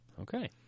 Okay